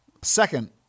second